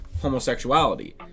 homosexuality